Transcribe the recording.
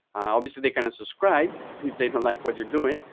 obviously they can unsubscribe, if they don't like what you're doing.